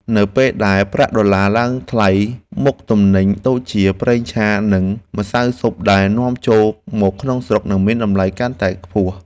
នៅពេលដែលប្រាក់ដុល្លារឡើងថ្លៃមុខទំនិញដូចជាប្រេងឆានិងម្សៅស៊ុបដែលនាំចូលមកក្នុងស្រុកនឹងមានតម្លៃលក់កាន់តែខ្ពស់។